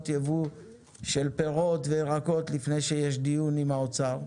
ייבוא של פירות וירקות לפני שיש דיון עם האוצר.